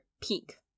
peak